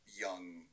young